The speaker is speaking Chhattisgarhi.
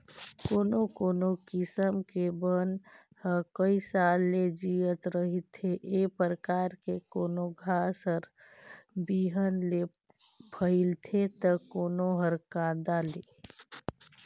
कोनो कोनो किसम के बन ह कइ साल ले जियत रहिथे, ए परकार के कोनो घास हर बिहन ले फइलथे त कोनो हर कांदा ले